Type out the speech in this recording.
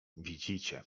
widzicie